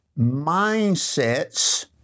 mindsets